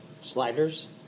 Sliders